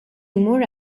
imur